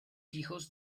hijos